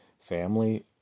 family